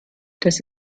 dass